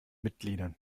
mitgliedern